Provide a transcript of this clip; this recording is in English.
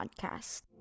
Podcast